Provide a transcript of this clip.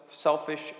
selfish